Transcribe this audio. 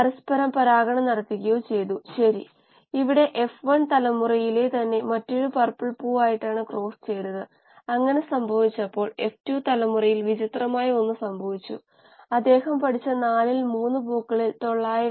ഇവയെല്ലാം ആകാം അല്ലായിരിക്കാം കാരണം നിങ്ങൾക്ക് ഒരു സെൽ വാൾ ഉണ്ടെങ്കിൽപ്പോലും ഷിയർ സ്ട്രെസ്സ് ഫലങ്ങൾ ഉണ്ടാകാം കാരണം സെൽ വാൾ കട്ടിയുള്ളതാണ്